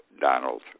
Donald